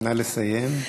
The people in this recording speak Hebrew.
נא לסיים.